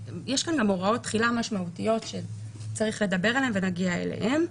יש כאן גם הוראות תחילה משמעותיות שצריך לדבר עליהן ונגיע אליהן.